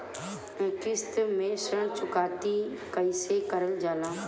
किश्त में ऋण चुकौती कईसे करल जाला?